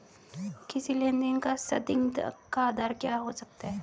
किसी लेन देन का संदिग्ध का आधार क्या हो सकता है?